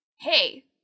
Hey